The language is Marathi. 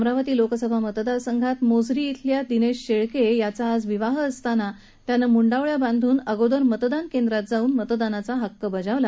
अमरावती लोकसभा मतदारसंघात मोझरी इथल्या दिनेश शेळके याचा आज विवाह असतानाही त्यानं मुंडावळ्या बांधून अगोदर मतदान केंद्रात जाऊन मतदानाचा हक्क बजावला